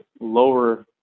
lower